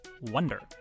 Wonder